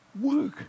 work